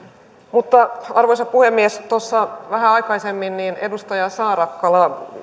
arvoisa puhemies tuossa vähän aikaisemmin edustaja saarakkala